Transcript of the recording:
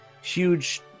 huge